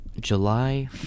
July